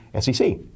SEC